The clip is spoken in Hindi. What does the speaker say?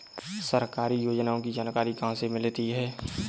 सरकारी योजनाओं की जानकारी कहाँ से मिलती है?